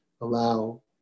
allow